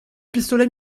pistolet